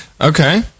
Okay